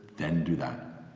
then do that.